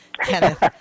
Kenneth